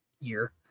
year